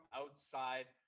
outside